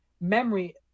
memory